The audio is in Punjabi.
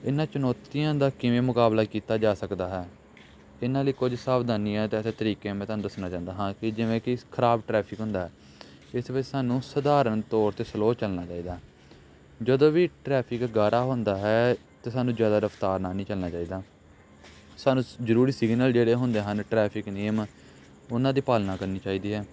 ਇਹਨਾਂ ਚੁਣੌਤੀਆਂ ਦਾ ਕਿਵੇਂ ਮੁਕਾਬਲਾ ਕੀਤਾ ਜਾ ਸਕਦਾ ਹੈ ਇਹਨਾਂ ਲਈ ਕੁਝ ਸਾਵਧਾਨੀਆਂ ਅਤੇ ਐਸੇ ਤਰੀਕੇ ਮੈਂ ਤੁਹਾਨੂੰ ਦੱਸਣਾ ਚਾਹੁੰਦਾ ਹਾਂ ਕਿ ਜਿਵੇਂ ਕਿ ਖਰਾਬ ਟਰੈਫਿਕ ਹੁੰਦਾ ਇਸ ਵਿੱਚ ਸਾਨੂੰ ਸਧਾਰਨ ਤੌਰ 'ਤੇ ਸਲੋਅ ਚੱਲਣਾ ਚਾਹੀਦਾ ਜਦੋਂ ਵੀ ਟਰੈਫਿਕ ਗਾਰਾ ਹੁੰਦਾ ਹੈ ਅਤੇ ਸਾਨੂੰ ਜ਼ਿਆਦਾ ਰਫਤਾਰ ਨਾਲ ਨਹੀਂ ਚੱਲਣਾ ਚਾਹੀਦਾ ਸਾਨੂੰ ਸ ਜ਼ਰੂਰੀ ਸਿਗਨਲ ਜਿਹੜੇ ਹੁੰਦੇ ਹਨ ਟਰੈਫਿਕ ਨਿਯਮ ਉਹਨਾਂ ਦੀ ਪਾਲਣਾ ਕਰਨੀ ਚਾਹੀਦੀ ਹੈ